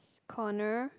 corner